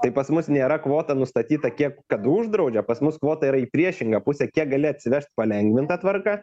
tai pas mus nėra kvota nustatyta kiek kad uždraudžia pas mus kvota yra į priešingą pusę kiek gali atsivežt palengvinta tvarka